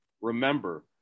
Remember